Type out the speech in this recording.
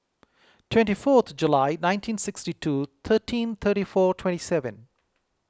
twenty fourth July nineteen sixty two thirteen thirty four twenty seven